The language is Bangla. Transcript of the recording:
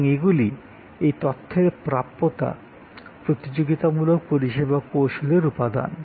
এই এতো তথ্য যে আপনি আপনার সুবিধামতন পাচ্ছেন এ হলো প্রতিযোগিতামূলক পরিষেবা কৌশলের উপাদান